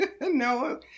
No